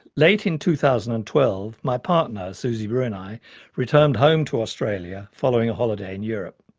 late in two thousand and twelve my partner susie brew and i returned home to australia following a holiday in europe.